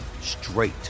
straight